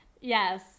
Yes